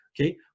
okay